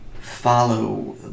Follow